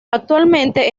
actualmente